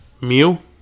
Mew